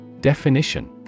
Definition